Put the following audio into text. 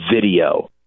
video